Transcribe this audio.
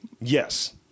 Yes